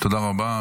תודה רבה.